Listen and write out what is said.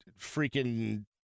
freaking